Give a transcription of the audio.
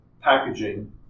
packaging